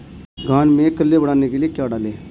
धान में कल्ले बढ़ाने के लिए क्या डालें?